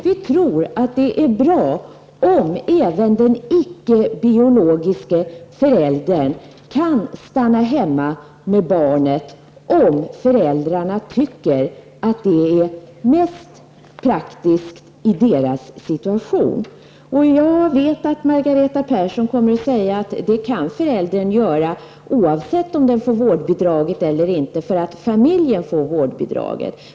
Vi tror att det är bra om även den icke biologiske föräldern kan stanna hemma med barnet om föräldrarna tycker att det är mest praktiskt i deras situation. Jag vet att Margareta Persson kommer att säga att det kan föräldern göra oavsett om man får vårdbidraget eller inte eftersom det är familjen som får vårdbidraget.